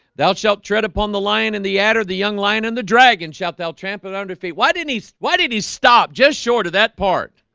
thou shalt tread upon the lion in the adder the young lion and the dragon shalt thou trample under feet. why didn't he? why did he stop just short of that part?